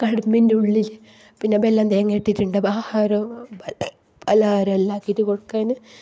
കടമ്പിന്റെ ഉള്ളിൽ പിന്നെ ബെല്ലം തേങ്ങ ഇട്ടിട്ടുണ്ട് ആഹാരവും പലഹാരവും എല്ലാം ഉണ്ടാക്കിയിട്ട് കൊടുക്കാൻ